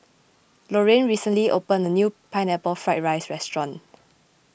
Lorrayne recently opened a new Pineapple Fried Rice restaurant